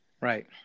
Right